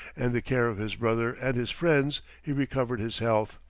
and the care of his brother and his friends, he recovered his health.